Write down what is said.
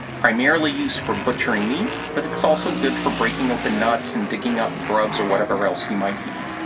primarily used for butchering meat but it's also good for breaking open nuts and digging up grubs or whatever else you might need.